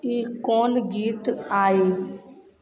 ई कोन गीत आइ